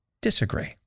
disagree